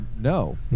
no